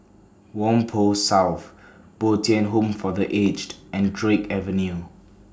Whampoa South Bo Tien Home For The Aged and Drake Avenue